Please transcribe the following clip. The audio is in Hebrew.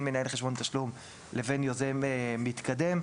מנהל חשבון תשלום לבין יוזם מתקדם.